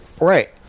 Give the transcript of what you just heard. Right